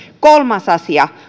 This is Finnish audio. kolmas asia